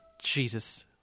Jesus